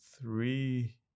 three